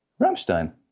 Rammstein